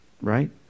right